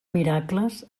miracles